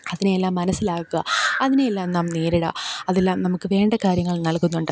അതിനെയെല്ലാം മനസ്സിലാക്കുക അതിനെയെല്ലാം നാം നേരിട അതെല്ലാം നമുക്കു വേണ്ട കാര്യങ്ങൾ നൽകുന്നുണ്ട്